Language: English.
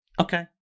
Okay